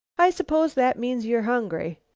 i suppose that means you're hungry.